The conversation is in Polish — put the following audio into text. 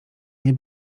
nie